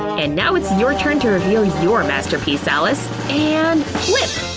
and now it's your turn to reveal your masterpiece, alice. and flip!